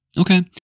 Okay